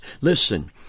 listen